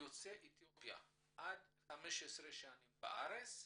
יוצאי אתיופיה שהם עד 15 שנים בארץ,